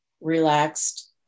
relaxed